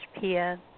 Pia